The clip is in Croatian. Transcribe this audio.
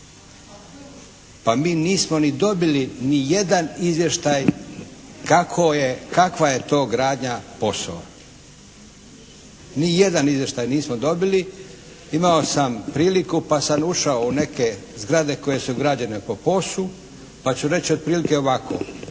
Pa mi nismo ni dobili ni jedan izvještaj kakva je to gradnja POS-ova. Ni jedan izvještaj nismo dobili. Imao sam priliku, pa sam ušao u neke zgrade koje su građene po POS-u, pa ću reći otprilike ovako.